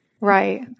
Right